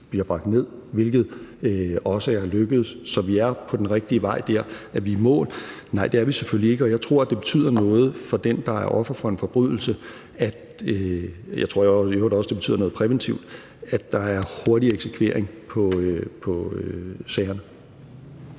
bliver bragt ned, hvilket også er lykkedes. Så vi er på den rigtige vej der. Er vi i mål? Nej, det er vi selvfølgelig ikke, og jeg tror, at det betyder noget for den, der er offer for en forbrydelse – jeg tror i øvrigt også,